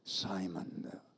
Simon